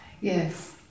Yes